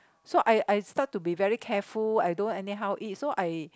so I I start to be very careful I don't anyhow eat so I